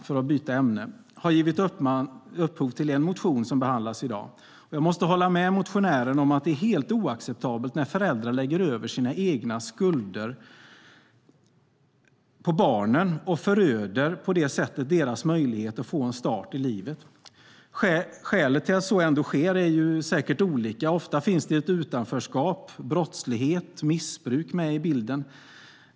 Barns skuldsättning har givit upphov till en motion som behandlas i dag. Jag måste hålla med motionären om att det är helt oacceptabelt när föräldrar lägger över sina egna skulder på barnen och på det sättet föröder deras möjlighet att få en start i livet. Skälen till att så ändå sker är säkert olika. Ofta finns ett utanförskap, brottslighet och missbruk med i bilden.